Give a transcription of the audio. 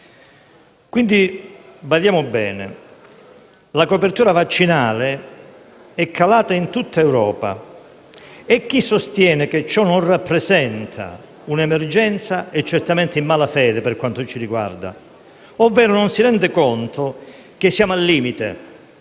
Quindi, badiamo bene, la copertura vaccinale è calata in tutta Europa e chi sostiene che ciò non rappresenta un'emergenza è certamente in malafede per quanto ci riguarda, ovvero non si rende conto che siamo al limite